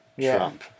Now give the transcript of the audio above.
Trump